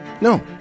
No